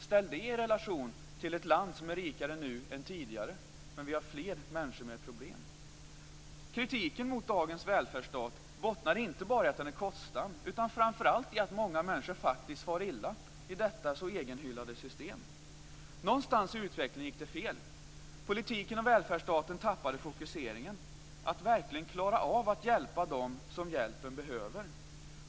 Ställ detta i relation till ett land som är rikare nu än tidigare men med fler människor med problem. Kritiken mot dagens välfärdsstat bottnar inte bara i att den är kostsam utan framför allt i att många människor faktiskt far illa i detta så egenhyllade system. Någonstans i utvecklingen gick det fel. Politiken och välfärdsstaten tappade fokuseringen på att verkligen klara av att hjälpa dem som hjälpen behöver.